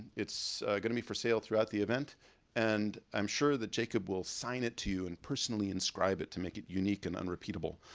it's gonna be for sale throughout the event and i'm sure that jacob will sign it to you and personally inscribe it to make it unique and unrepeatable.